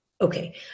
Okay